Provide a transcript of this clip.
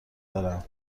دارم